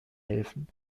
helfen